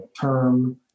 term